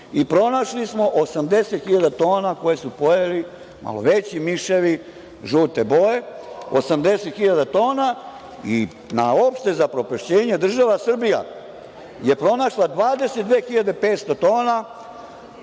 i pronašli smo 80.000 tona koje su pojeli malo veći miševi, žute boje 80.000 tona i na opšte zaprepašćenje država Srbija je pronašla 22.500 tona